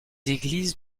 églises